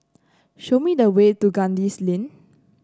show me the way to Kandis Lane